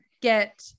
get